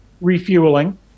refueling